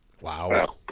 Wow